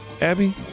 Abby